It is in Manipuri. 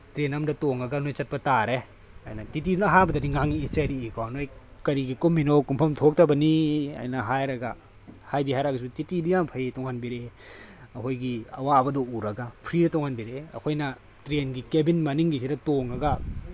ꯇ꯭ꯔꯦꯟ ꯑꯃꯗ ꯇꯣꯉꯒ ꯅꯣꯏ ꯆꯠꯄ ꯇꯥꯔꯦ ꯍꯥꯏꯅ ꯇꯤ ꯇꯤꯗꯨꯅꯥ ꯑꯍꯥꯟꯕꯗꯤ ꯉꯥꯡꯉꯛꯑꯦ ꯆꯩꯔꯥꯛꯏ ꯀꯣ ꯅꯣꯏ ꯀꯔꯤꯒꯤ ꯀꯨꯝꯃꯤꯅꯣ ꯀꯨꯝꯐꯝ ꯊꯣꯛꯇꯕꯅꯤ ꯍꯥꯏꯅ ꯍꯥꯏꯔꯒ ꯍꯥꯏꯕꯗꯤ ꯍꯥꯏꯔꯒꯁꯨ ꯇꯤ ꯇꯤꯗꯤ ꯌꯥꯝ ꯐꯩ ꯇꯣꯡꯍꯟꯕꯤꯔꯛꯑꯦ ꯑꯩꯈꯣꯏꯒꯤ ꯑꯋꯥꯕꯗꯣ ꯎꯔꯒ ꯐ꯭ꯔꯤꯗ ꯇꯣꯡꯍꯟꯕꯤꯔꯛꯑꯦ ꯑꯩꯈꯣꯏꯅ ꯇ꯭ꯔꯦꯟꯒꯤ ꯀꯦꯚꯤꯟ ꯃꯅꯤꯡꯒꯤꯁꯤꯗ ꯊꯣꯡꯉꯒ